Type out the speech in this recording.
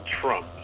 Trump